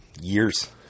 years